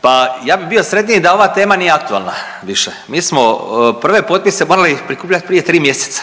Pa ja bi bio sretniji da ova tema nije aktualna više. Mi smo prve potpise morali prikupljati prije 3 mjeseca,